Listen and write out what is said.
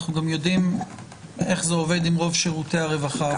אנחנו גם יודעים איך זה עובד עם רוב שירותי הרווחה.